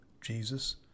Jesus